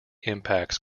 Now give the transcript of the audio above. impacts